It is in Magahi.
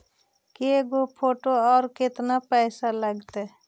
के गो फोटो औ पैसा केतना लगतै?